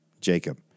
Jacob